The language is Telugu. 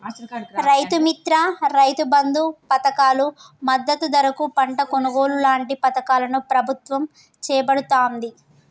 రైతు మిత్ర, రైతు బంధు పధకాలు, మద్దతు ధరకు పంట కొనుగోలు లాంటి పధకాలను ప్రభుత్వం చేపడుతాంది